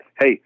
hey –